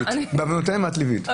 את ליווית.